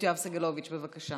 חבר הכנסת יואב סגלוביץ', בבקשה.